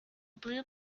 blue